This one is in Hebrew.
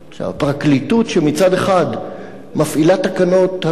פרקליטות שמצד אחד מפעילה תקנות הגנה